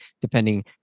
depending